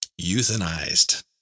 euthanized